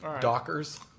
Dockers